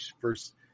first